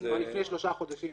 שמעתי כבר לפני שלושה חודשים.